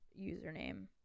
username